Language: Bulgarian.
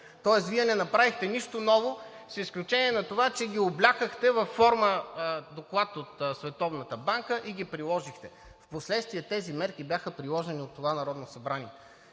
Тоест Вие не направихте нищо ново, с изключение на това, че ги облякохте във форма –доклад от Световната банка, и ги приложихте. Впоследствие тези мерки бяха приложени от това